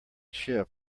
ship